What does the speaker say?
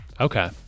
Okay